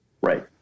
Right